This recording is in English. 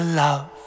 love